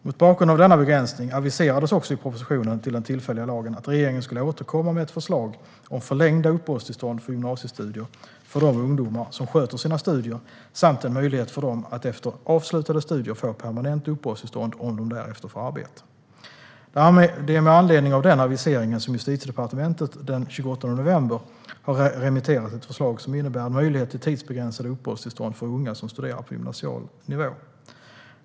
Mot bakgrund av denna begränsning aviserades också i propositionen till den tillfälliga lagen att regeringen skulle återkomma med ett förslag om förlängda uppehållstillstånd för gymnasiestudier för de ungdomar som sköter sina studier samt en möjlighet för dem att efter avslutade studier få permanent uppehållstillstånd om de därefter får arbete. Det är med anledning av den aviseringen som Justitiedepartementet den 28 november har remitterat ett förslag som innebär en möjlighet till tidsbegränsade uppehållstillstånd för unga som studerar på gymnasial nivå.